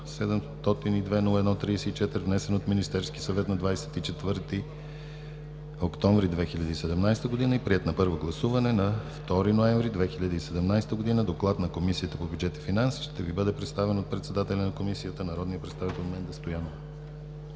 702-01-34. Внесен е от Министерския съвет на 24 октомври 2017 г. и е приет на първо гласуване на 2 ноември 2017 г. Доклад на Комисията по бюджет и финанси ще Ви бъде представен от председателя на Комисията, народният представител Менда Стоянова.